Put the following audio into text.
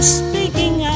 speaking